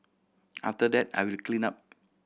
after that I will clean up